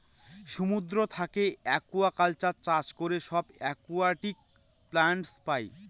সমুদ্র থাকে একুয়াকালচার চাষ করে সব একুয়াটিক প্লান্টস পাই